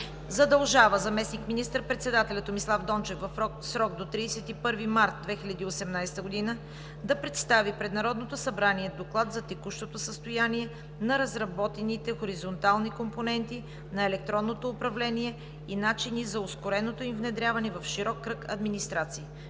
Задължава заместник министър-председателя Томислав Дончев в срок до 31 март 2018 г. да представи пред Народното събрание доклад за текущото състояние на разработените хоризонтални компоненти на електронното управление и начини за ускореното им внедряване в широк кръг администрации.